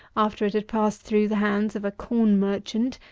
after it had passed through the hands of a corn merchant,